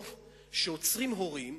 או שעוצרים הורים,